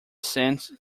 sent